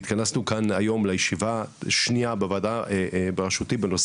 התכנסנו כאן היום לישיבה שנייה בוועדה בראשותי בנושא